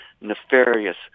nefarious